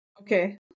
okay